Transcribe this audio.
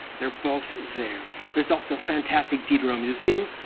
they're both there. there is also a fantastic diderot museum.